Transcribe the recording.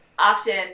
often